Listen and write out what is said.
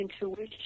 intuition